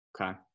okay